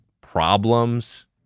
Problems